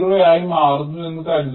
ആയി മാറുന്നു എന്ന് കരുതുക